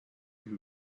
who